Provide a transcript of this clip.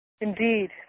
Indeed